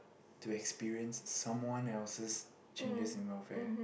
to experience someone else changes in welfare